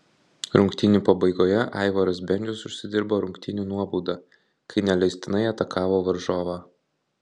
rungtynių pabaigoje aivaras bendžius užsidirbo rungtynių nuobaudą kai neleistinai atakavo varžovą